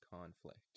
conflict